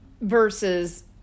Versus